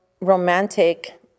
romantic